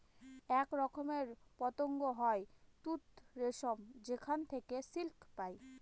এক রকমের পতঙ্গ হয় তুত রেশম যেখানে থেকে সিল্ক পায়